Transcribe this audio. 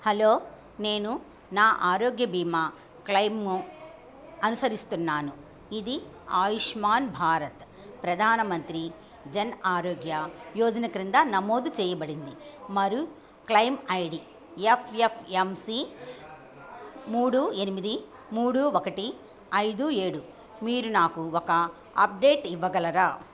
hello నేను నా ఆరోగ్య బీమా క్లెయిమ్ను అనుసరిస్తున్నాను ఇది ఆయుష్మాన్ భారత్ ప్రధాన మంత్రి జన్ ఆరోగ్య యోజన క్రింద నమోదు చేయబడింది మరు claim ID F F M C మూడు ఎనిమిది మూడు ఒకటి ఐదు ఏడు మీరు నాకు ఒక అప్డేట్ ఇవ్వగలరా